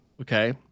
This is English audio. Okay